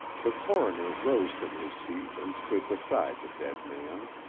the coroner rose from his seat and stood beside the dead man.